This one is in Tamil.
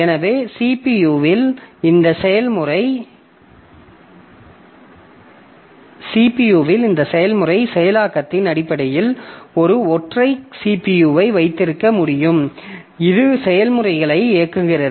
எனவே CPU ஆல் இந்த செயல்முறை செயலாக்கத்தின் அடிப்படையில் ஒரு ஒற்றை CPU ஐ வைத்திருக்க முடியும் இது செயல்முறைகளை இயக்குகிறது